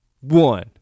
One